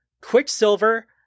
Quicksilver